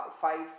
fights